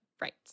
Right